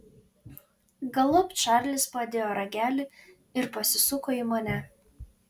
galop čarlis padėjo ragelį ir pasisuko į mane